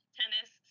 tennis